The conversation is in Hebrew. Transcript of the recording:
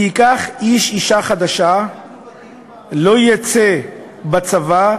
כי ייקח איש אישה חדשה לא יצא בצבא,